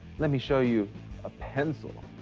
let me show you a pencil,